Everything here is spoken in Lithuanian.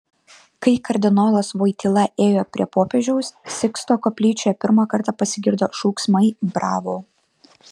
kai kardinolas voityla ėjo prie popiežiaus siksto koplyčioje pirmą kartą pasigirdo šūksmai bravo